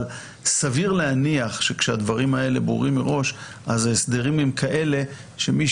אבל סביר להניח שכשהדברים האלה ברורים מראש אז ההסדרים הם כאלה שמי